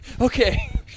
okay